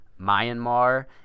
Myanmar